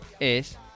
es